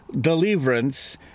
deliverance